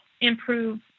improve